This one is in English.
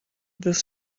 this